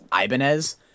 Ibanez